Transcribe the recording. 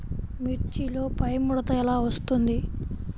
మిర్చిలో పైముడత ఎలా వస్తుంది?